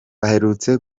baherutse